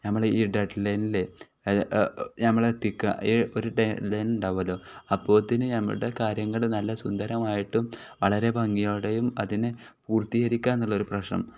നമ്മൾ ഈ ഡെഡ് ലൈനിലെ നമ്മൾ എത്തിക്കുക ഈ ഒരു ലൈൻ ഉണ്ടാകുമല്ലോ അപ്പോഴത്തേന് നമ്മുടെ കാര്യങ്ങൾ നല്ല സുന്ദരമായിട്ടും വളരെ ഭംഗിയോടെയും അതിനെ പൂർത്തികരിക്കാം എന്നുള്ളൊരു പ്രശ്നം